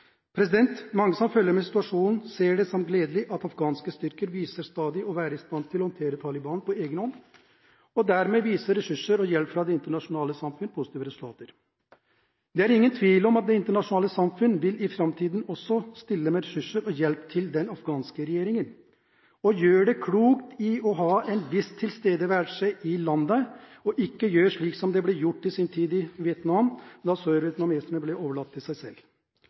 Mange som følger med på situasjonen, ser det som gledelig at afghanske styrker stadig viser seg å være i stand til å håndtere Taliban på egen hånd. Dermed viser ressurser og hjelp fra det internasjonale samfunn positive resultater. Det er ingen tvil om at det internasjonale samfunn i framtiden også vil stille med ressurser og hjelp til den afghanske regjeringen. Da gjør man klokt i å ha en viss tilstedeværelse i landet og ikke gjøre som det i sin tid ble gjort i Vietnam, da sørvietnameserne ble overlatt til seg selv.